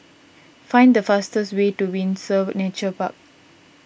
find the fastest way to Windsor Nature Park